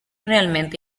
realmente